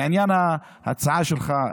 לעניין ההצעה שלך,